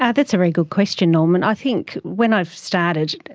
yeah that's a very good question, norman. i think when i started,